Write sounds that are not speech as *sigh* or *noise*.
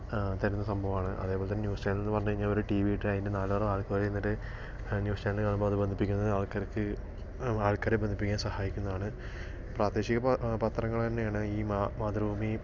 തരുന്ന സംഭവമാണ് അതേപോലെത്തന്നെ ന്യൂസ് ചാനലെന്ന് പറഞ്ഞ് കഴിഞ്ഞാൽ ഒരു ടി വി ഇട്ടിട്ട് അതിൻ്റെ *unintelligible* ന്യൂസ് ചാനൽ കാണുമ്പോൾ അത് ബന്ധിപ്പിക്കുന്നത് ആൾക്കാർക്ക് ആൾക്കാരെ ബന്ധിപ്പിക്കാൻ സഹായിക്കുന്നതാണ് പ്രാദേശിക പത്രങ്ങൾ തന്നെയാണ് ഈ മാതൃഭൂമി